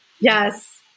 yes